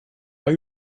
pas